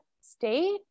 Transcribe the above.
state